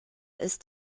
ist